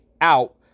out